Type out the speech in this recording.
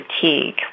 fatigue